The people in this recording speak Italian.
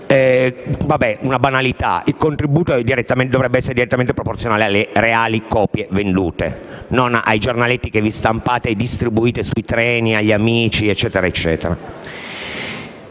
una banalità: il contributo dovrebbe essere direttamente proporzionale alle copie realmente vendute e non ai giornaletti che stampate e distribuite sui treni agli amici, eccetera.